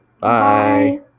Bye